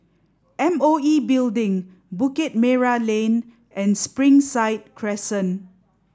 M O E Building Bukit Merah Lane and Springside Crescent